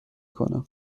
کنم